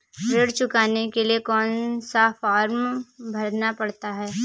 ऋण चुकाने के लिए कौन सा फॉर्म भरना पड़ता है?